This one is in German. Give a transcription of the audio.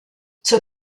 zur